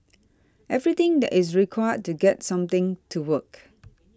everything that is required to get something to work